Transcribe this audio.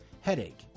headache